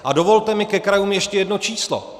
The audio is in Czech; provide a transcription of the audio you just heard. A dovolte mi ke krajům ještě jedno číslo.